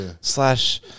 Slash